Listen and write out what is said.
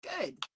good